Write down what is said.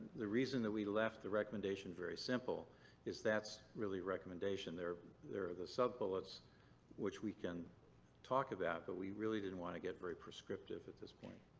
the reason that we left the recommendation very simple is that's really the recommendation. they're they're the sub-bullets which we can talk about, but we really didn't want to get very prescriptive at this point.